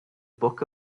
book